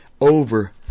Over